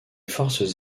forces